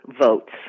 votes